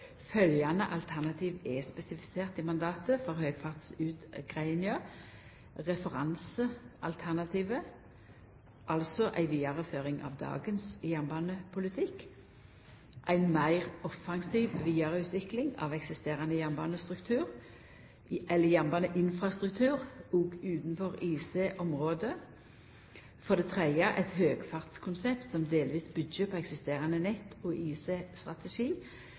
alternativ er spesifiserte i mandatet for høgfartsutgreiinga: referansealternativet, altså ei vidareføring av dagens jernbanepolitikk ei meir offensiv vidareutvikling av eksisterande jernbaneinfrastruktur, òg utanfor IC-området eit høgfartskonsept som delvis byggjer på eksisterande nett og